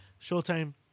Showtime